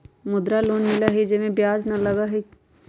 मुद्रा लोन मिलहई जे में ब्याज न लगहई?